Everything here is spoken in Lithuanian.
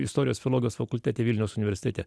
istorijos filologijos fakultete vilniaus universitete